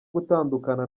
gutandukana